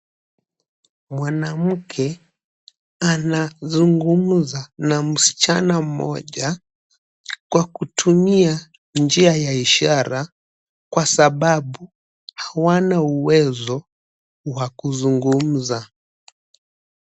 Mwanamke anazungumza na msichana mmoja kwa kutumia njia ya ishara kwa sababu hawana uwezo wa kuzungumza.